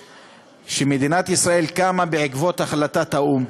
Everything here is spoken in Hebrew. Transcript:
שמדינת ישראל קמה בעקבות החלטת האו"ם,